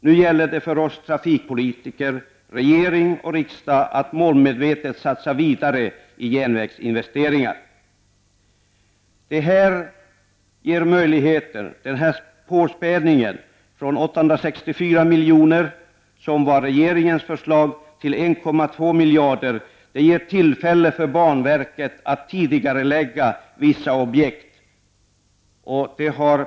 Nu gäller det för oss trafikpolitiker, för regering och riksdag att målmedvetet satsa vidare i järnvägsinvesteringar. Den här påspädningen, från 864 miljoner enligt regeringens förslag till 1,2 miljarder, ger tillfälle för banverket att tidigarelägga vissa objekt.